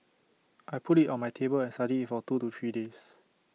I put IT on my table and studied IT for two to three days